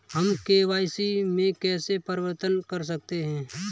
हम के.वाई.सी में कैसे परिवर्तन कर सकते हैं?